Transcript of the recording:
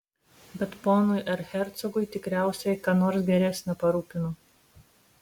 bet ponui erchercogui tikriausiai ką nors geresnio parūpino